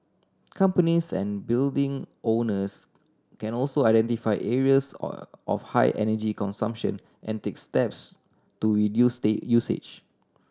companies and building owners can also identify areas of high energy consumption and take steps to reduce stay usage